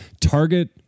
Target